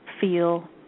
feel